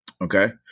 Okay